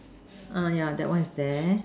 ah yeah that one is there